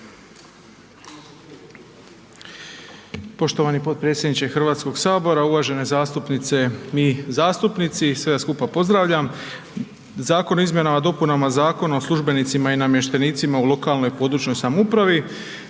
Poštovani potpredsjedniče Hrvatskog sabora. Uvažene zastupnice i zastupnici. Sve vas skupa pozdravljam. Zakon o izmjenama i dopunama Zakona o službenicima i namještenicima u lokalnoj i područnoj samoupravi.